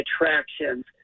attractions